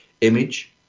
Image